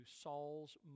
Saul's